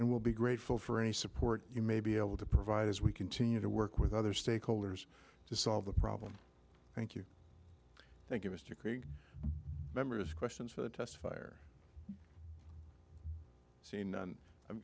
and will be grateful for any support you may be able to provide as we continue to work with other stakeholders to solve the problem thank you thank you mr craig members questions for the test fire scene and i've